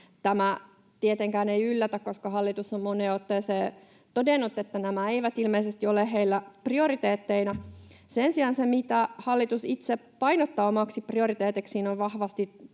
Tämä tietenkään ei yllätä, koska hallitus on moneen otteeseen todennut, että nämä eivät ilmeisesti ole heillä prioriteetteinaan. Sen sijaan se, mitä hallitus itse painottaa omaksi prioriteetikseen, on vahvasti